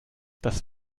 das